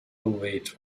ovate